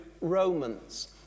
Romans